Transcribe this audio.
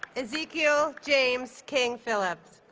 ezekiel james king phillips